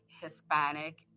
hispanic